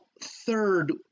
third